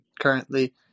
currently